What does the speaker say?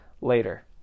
later